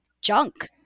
junk